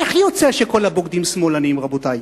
איך יוצא שכל הבוגדים שמאלנים, רבותי?